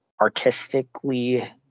artistically